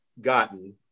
gotten